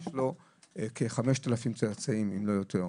ויש לו כ-5,000 צאצאים, אם לא יותר.